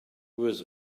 was